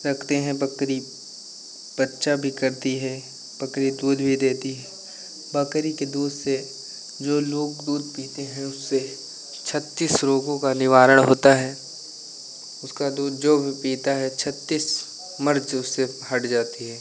रखते हैं बकरी बच्चा भी करती है बकरी दूध भी देती है बकरी के दूध से जो लोग दूध पीते हैं उससे छत्तीस रोगों का निवारण होता है उसका दूध जो भी पीता है छत्तीस मर्ज उससे हट जाता है